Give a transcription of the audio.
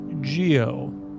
Geo